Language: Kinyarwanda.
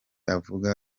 avuga